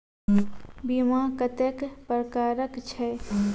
बीमा कत्तेक प्रकारक छै?